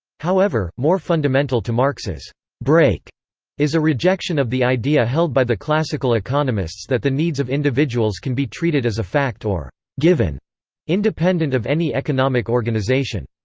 however, more fundamental to marx's break is a rejection of the idea held by the classical economists that the needs of individuals can be treated as a fact or given independent of any economic organization.